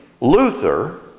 Luther